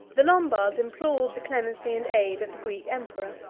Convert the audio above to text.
the lombards implored the clemency and aid of the greek emperor.